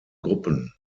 gruppen